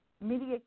media